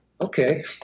okay